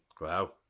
wow